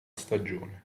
stagione